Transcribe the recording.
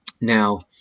Now